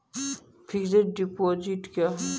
Fixed deposit क्या हैं?